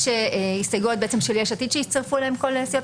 יש הסתייגויות של יש עתיד שהצטרפו אליה כל סיעות